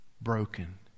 broken